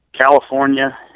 California